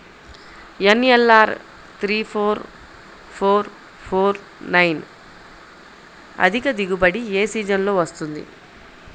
NLR three four four four nine అధిక దిగుబడి ఏ సీజన్లలో వస్తుంది?